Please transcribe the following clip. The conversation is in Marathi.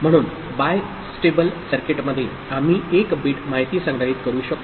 म्हणून बाय स्टेबल सर्किटमध्ये आम्ही 1 बिट माहिती संग्रहित करू शकतो